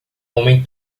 homem